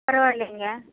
பரவாயில்லைங்க